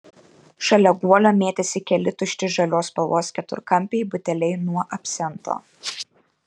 šalia guolio mėtėsi keli tušti žalios spalvos keturkampiai buteliai nuo absento